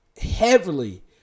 heavily